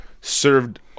served